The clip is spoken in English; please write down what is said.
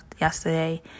yesterday